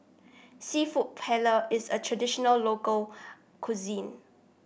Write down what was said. seafood Paella is a traditional local cuisine